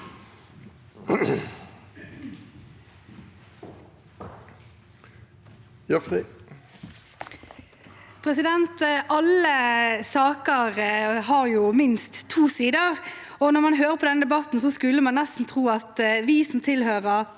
Alle saker har minst to sider. Når man hører på denne debatten, skulle man nesten tro at vi som tilhører